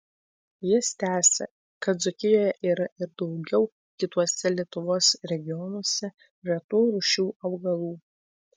jis tęsia kad dzūkijoje yra ir daugiau kituose lietuvos regionuose retų rūšių augalų